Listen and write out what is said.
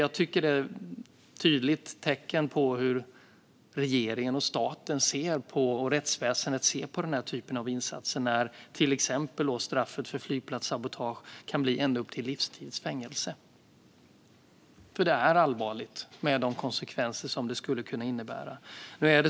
Jag tycker att ett tydligt tecken på hur regeringen, staten och rättsväsendet ser på den här typen av insatser är att till exempel straffet för flygplatssabotage kan bli ända upp till livstids fängelse. För det är allvarligt, med de konsekvenser som det skulle kunna innebära.